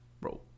Bro